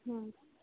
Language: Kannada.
ಹ್ಞೂ